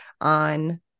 on